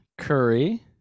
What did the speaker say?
Curry